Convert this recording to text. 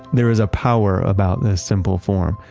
there is a power about this simple form,